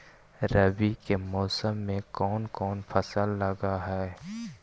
रवि के मौसम में कोन कोन फसल लग है?